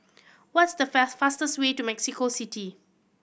what's the fastest way to Mexico City